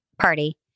party